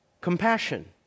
compassion